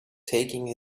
taking